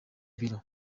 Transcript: bureau